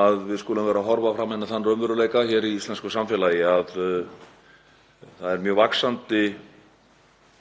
að við skulum vera að horfa fram á þann raunveruleika í íslensku samfélagi að afbrot fari mjög vaxandi